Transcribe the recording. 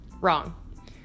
Wrong